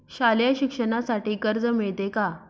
शालेय शिक्षणासाठी कर्ज मिळते का?